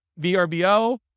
VRBO